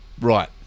Right